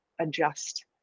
adjust